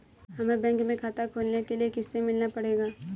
हमे बैंक में खाता खोलने के लिए किससे मिलना पड़ेगा?